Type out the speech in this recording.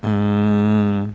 mm